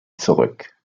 zurück